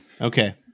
Okay